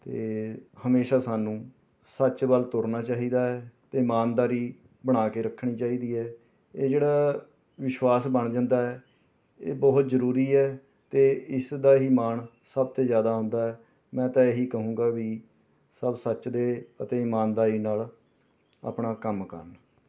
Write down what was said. ਅਤੇ ਹਮੇਸ਼ਾਂ ਸਾਨੂੰ ਸੱਚ ਵੱਲ ਤੁਰਨਾ ਚਾਹੀਦਾ ਹੈ ਅਤੇ ਇਮਾਨਦਾਰੀ ਬਣਾ ਕੇ ਰੱਖਣੀ ਚਾਹੀਦੀ ਹੈ ਇਹ ਜਿਹੜਾ ਵਿਸ਼ਵਾਸ ਬਣ ਜਾਂਦਾ ਹੈ ਇਹ ਬਹੁਤ ਜ਼ਰੂਰੀ ਹੈ ਅਤੇ ਇਸਦਾ ਹੀ ਮਾਣ ਸਭ ਤੋਂ ਜ਼ਿਆਦਾ ਆਉਂਦਾ ਹੈ ਮੈਂ ਤਾਂ ਇਹੀ ਕਹੂੰਗਾ ਵੀ ਸਭ ਸੱਚ ਦੇ ਅਤੇ ਇਮਾਨਦਾਰੀ ਨਾਲ ਆਪਣਾ ਕੰਮ ਕਰਨ